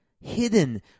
hidden